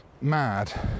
mad